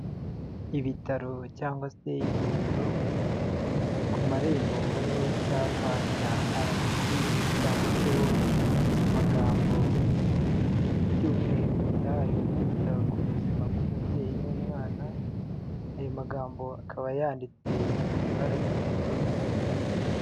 Ibitaro cyangwa se ivuriro, ku marembo hariho icyapa cya RBC, cyanditseho amagambo, icyumweru cyahariwe kwita ku buzima bw'umubyeyi n'umwana, ayo magambo akaba yanditse mu ibara ry'ubururu.